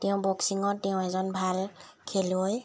তেওঁ বক্সিঙত তেওঁ এজন ভাল খেলুৱৈ